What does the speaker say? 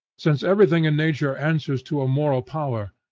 since everything in nature answers to a moral power,